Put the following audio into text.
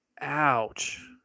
Ouch